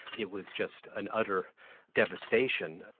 it was just an utter devastation.